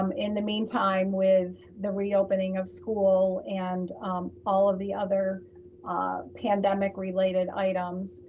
um in the meantime, with the reopening of school and all of the other pandemic related items,